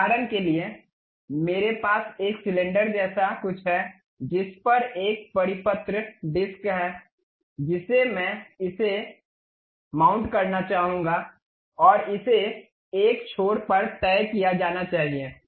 उदाहरण के लिए मेरे पास एक सिलेंडर जैसा कुछ है जिस पर एक परिपत्र डिस्क है जिसे मैं इसे माउंट करना चाहूंगा और इसे एक छोर पर तय किया जाना चाहिए